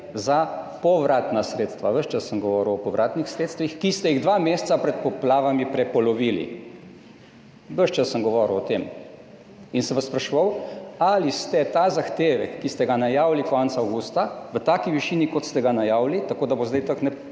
za povratna sredstva, ves čas sem govoril o povratnih sredstvih, ki ste jih dva meseca pred poplavami prepolovili. Ves čas sem govoril o tem in sem vas spraševal, ali ste ta zahtevek, ki ste ga najavili konec avgusta, v taki višini, kot ste ga najavili, tako, da bo zdaj teh povratnih